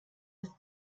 ist